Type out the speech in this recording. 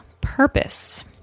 purpose